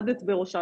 לומדת,